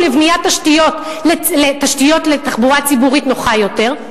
לבניית תשתיות לתחבורה ציבורית נוחה יותר,